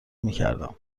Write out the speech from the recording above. میکردم